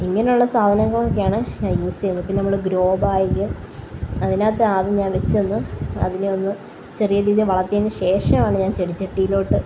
ഇങ്ങനുള്ള സാധനങ്ങളൊക്കെയാണ് ഞാന് യുസ് ചെയ്യുന്നത് പിന്നെ നമ്മള് ഗ്രോ ബാഗ് അതിനകത്ത് ആദ്യം ഞാന് വെച്ച് കഴിഞ്ഞ് അതിനെ ഒന്ന് ചെറിയ രീതിയില് വളര്ത്തിയതിന് ശേഷമാണ് ഞാന് ചെടിച്ചട്ടിയിലോട്ട്